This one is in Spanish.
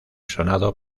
sonado